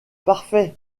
parfait